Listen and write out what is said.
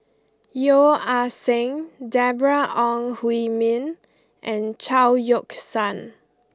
Yeo Ah Seng Deborah Ong Hui Min and Chao Yoke San